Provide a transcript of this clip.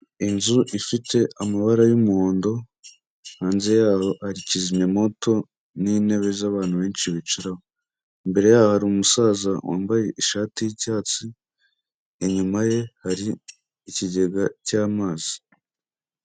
Inzu ifite amabara y'umuhondo, hanze yaho hari kizimyamwoto n'intebe z'abantu benshi bicaraho, imbere yaho hari umusaza wambaye ishati y'icyatsi, inyuma ye hari ikigega cy'amazi.